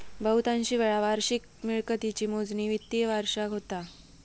बहुतांशी वेळा वार्षिक मिळकतीची मोजणी वित्तिय वर्षाक होता